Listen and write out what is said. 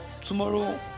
tomorrow